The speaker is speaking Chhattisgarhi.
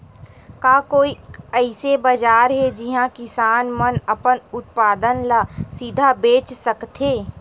का कोई अइसे बाजार हे जिहां किसान मन अपन उत्पादन ला सीधा बेच सकथे?